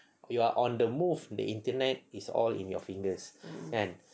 you are on the move the internet is all in your fingers kan